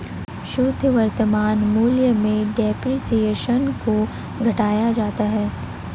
शुद्ध वर्तमान मूल्य में डेप्रिसिएशन को घटाया जाता है